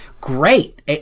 Great